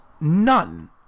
None